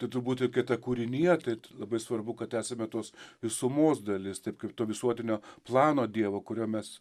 tai turbūt ir kita kūrinija tai labai svarbu kad esame tos visumos dalis taip kaip to visuotinio plano dievo kurio mes